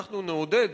אנחנו נעודד